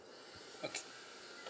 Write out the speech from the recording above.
okay